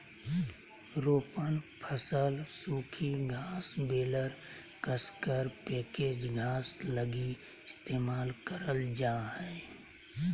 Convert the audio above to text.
रोपण फसल सूखी घास बेलर कसकर पैकेज घास लगी इस्तेमाल करल जा हइ